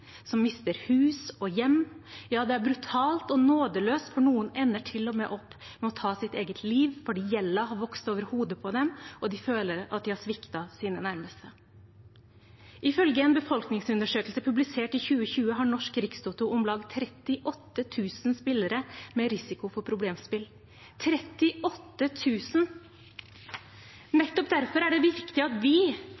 mister hus og hjem. Ja, det er brutalt og nådeløst, for noen ender til og med opp med å ta sitt eget liv fordi gjelden har vokst dem over hodet, og de føler at de har sviktet sine nærmeste. Ifølge en befolkningsundersøkelse som ble publisert i 2020, har Norsk Rikstoto om lag 38 000 spillere med risiko for